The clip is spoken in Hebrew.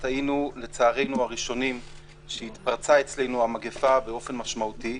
היינו לצערנו הראשונים שהתפרצה אצלנו המגפה באופן משמעותי.